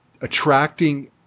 attracting